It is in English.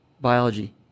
biology